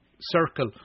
circle